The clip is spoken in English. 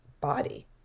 body